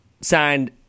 signed